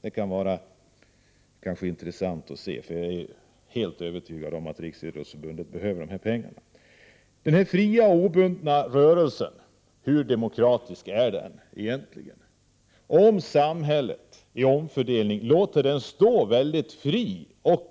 Det skulle vara intressant att se, för jag är helt övertygad om att Riksidrottsförbundet behöver de här pengarna. Denna fria, obundna rörelse, hur demokratisk är den egentligen? Om samhället låter den stå fri att